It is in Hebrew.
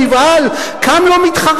כן, אבל אני אומר מה הם לא עשו.